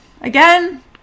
again